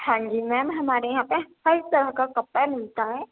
ہاں جی میم ہمارے یہاں پہ ہر طرح کا کپڑا ملتا ہے